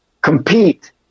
compete